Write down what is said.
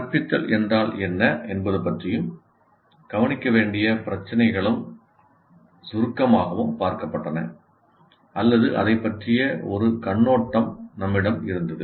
கற்பித்தல் என்றால் என்ன என்பது பற்றியும் கவனிக்க வேண்டிய பிரச்சினைகளும் சுருக்கமாகவும் பார்க்கப்பட்டன அல்லது அதைப் பற்றிய ஒரு கண்ணோட்டம் நம்மிடம் இருந்தது